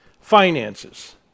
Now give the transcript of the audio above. finances